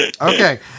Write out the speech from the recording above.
Okay